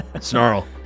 Snarl